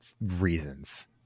reasons